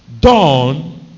Done